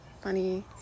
funny